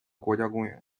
国家公园